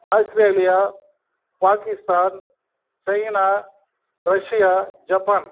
Australia Pakistan China Russia Japan